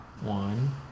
one